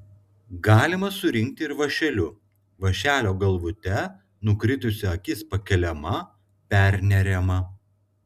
galima surinkti ir vąšeliu vąšelio galvute nukritusi akis pakeliama perneriama